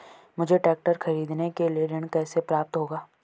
मुझे ट्रैक्टर खरीदने के लिए ऋण कैसे प्राप्त होगा?